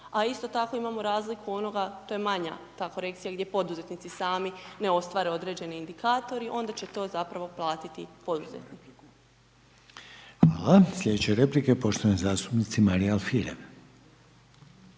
a isto tako imamo razliku onoga, to je manja ta korekcija, gdje poduzetnici sami ne ostvare određeni indikatori, onda će to, zapravo, platiti poduzetnik. **Reiner, Željko (HDZ)** Hvala, slijedeće replike poštovane zastupnice Marije Alfirev.